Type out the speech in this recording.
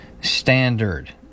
Standard